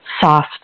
soft